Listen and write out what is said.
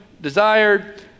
desired